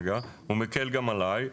הוא מקל גם עליי.